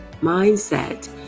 mindset